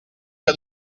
que